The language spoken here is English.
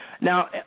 Now